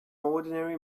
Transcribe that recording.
ordinary